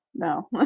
no